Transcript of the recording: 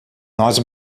nós